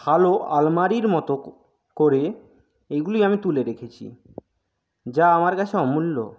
ভালো আলমারির মতো করে এগুলি আমি তুলে রেখেছি যা আমার কাছে অমূল্য